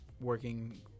working